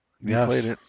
Yes